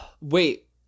Wait